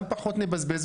גם פחות נבזבז,